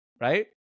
Right